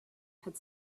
had